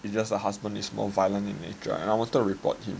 it's just the husband is more violent in nature and I wanted to report him